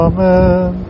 Amen